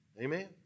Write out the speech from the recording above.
Amen